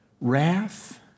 wrath